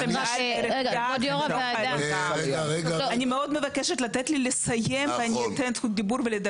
אני מאוד מבקשת לתת לי לסיים ואני אתן זכות דיבור.